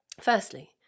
Firstly